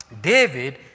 David